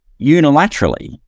unilaterally